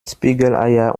spiegeleier